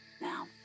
Now